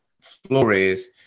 flores